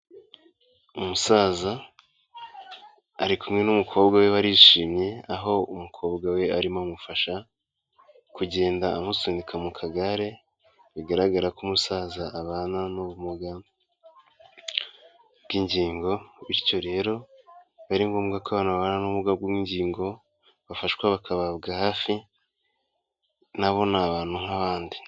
Umusaza ari kumwe n'umukobwa we barishimye, aho umukobwa we arimo amufasha kugenda amusunika mu kagare, bigaragara ko umusaza abana n'ubumuga bw'ingingo. Bityo rero biba ari ngombwa ko abantu babana n'ubumuga bw'ingingo bafashwa bakababwa hafi, na bo ni abantu nk'abandi.